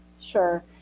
Sure